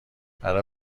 برا